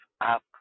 up